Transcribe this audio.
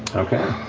okay.